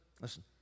listen